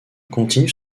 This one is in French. continue